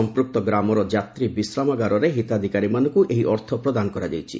ସଂପୃକ୍ତ ଗ୍ରାମର ଯାତ୍ରୀ ବିଶ୍ରାମାଗାରରେ ହିତାଧିକାରୀଙ୍କୁ ଏହି ଅର୍ଥ ପ୍ରଦାନ କରାଯାଇଥିଲା